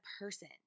person